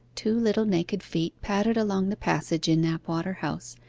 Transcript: two little naked feet pattered along the passage in knapwater house,